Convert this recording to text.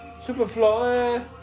Superfly